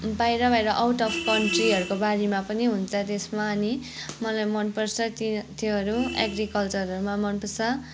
बाहिर बाहिर out of कन्ट्रीहरूको बारेमा पनि हुन्छ त्यसमा अनि मलाई मनपर्छ त्यो त्योहरू एग्रिकल्चरहरू मनपर्छ